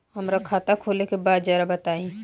हमरा खाता खोले के बा जरा बताई